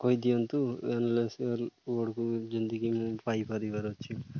କହିଦିଅନ୍ତୁ ଯେମିତିକି ମୁଁ ପାଇପାରିବାର ଅଛି